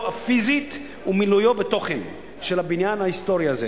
הפיזית ומילויו בתוכן של הבניין ההיסטורי הזה,